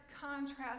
contrast